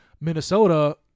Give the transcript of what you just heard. Minnesota